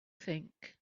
think